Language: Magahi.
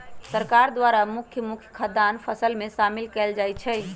सरकार द्वारा के मुख्य मुख्य खाद्यान्न फसल में शामिल कएल जाइ छइ